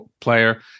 player